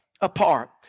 apart